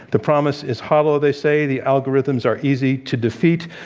the promise is hollow they say the algorithms are easy to defeat,